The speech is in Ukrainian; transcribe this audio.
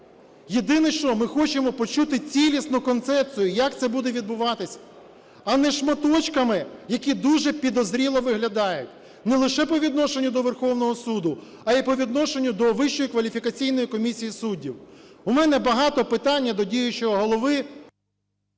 Єдине, що ми хочемо почути цілісну концепцію як це буде відбуватись, а не шматочками, які дуже підозріло виглядають не лише по відношенню до Верховного суду, а по відношенню до Вищої кваліфікаційної комісії